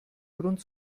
grund